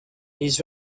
هیچ